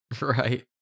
Right